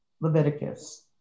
Leviticus